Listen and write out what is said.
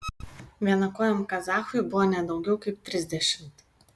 vienakojam kazachui buvo ne daugiau kaip trisdešimt